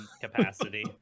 capacity